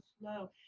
slow